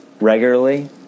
regularly